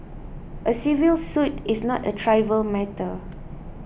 a civil suit is not a trivial matter